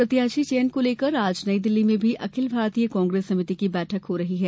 प्रत्याशी चयन को लेकर आज नई दिल्ली में भी अखिल भारतीय कांग्रेस समिति की बैठक हो रही है